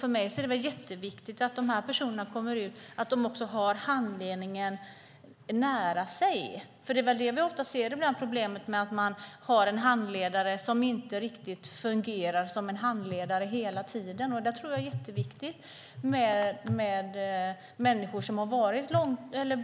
För mig är det viktigt att dessa personer har tillgång till handledning nära sig. Problemet är ofta att det finns en handledare som inte riktigt fungerar som en handledare hela tiden. För människor som har varit